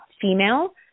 female